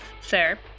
sir